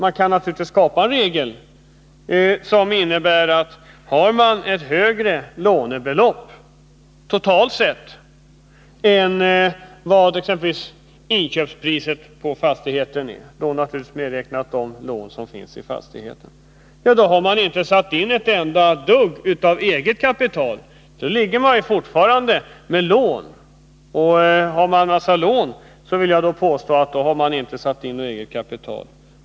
Man kan naturligtvis skapa en regel som innebär att har man ett högre lånebelopp totalt sett än vad exempelvis inköpspriset på fastigheten är — då naturligtvis de lån är medräknade som finns i fastigheten — har man inte satt in ett enda dugg eget kapital. Då ligger man ju fortfarande kvar med lån. Och har man en massa lån, så vill jag påstå att man inte har satt in något eget kapital.